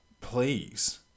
please